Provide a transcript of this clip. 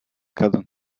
kadın